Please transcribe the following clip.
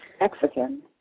mexican